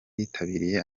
yitabiriye